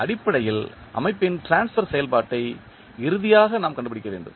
அடிப்படையில் அமைப்பின் ட்ரான்ஸ்பர் செயல்பாட்டை இறுதியாக நாம் கண்டுபிடிக்க வேண்டும்